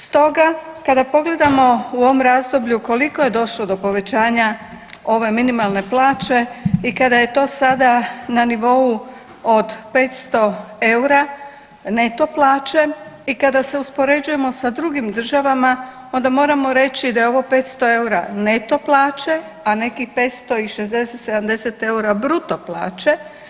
Stoga kada pogledamo u ovom razdoblju koliko je došlo do povećanja ove minimalne plaće i kada je to sada na nivou od 500 eura neto plaće i kada se uspoređujemo sa drugim državama onda moramo reći da je ovo 500 eura neto plaće, a nekih 567, 70 eura bruto plaće.